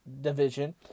Division